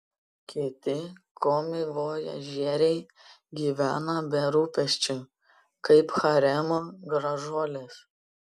kiti komivojažieriai gyvena be rūpesčių kaip haremo gražuolės